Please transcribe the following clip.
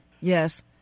yes